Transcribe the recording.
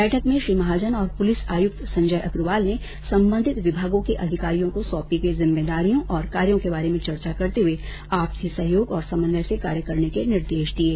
बैठक में श्री महाजन और पुलिस आयुक्त संजय अग्रवाल ने संबंधित विभागों के अधिकारियों को सौंपी गई जिम्मेदारियों और कार्यों के बारे में चर्चा करते हुए आपसी सहयोग और समन्वय से कार्य करने के निर्देश दिये